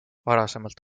varasemalt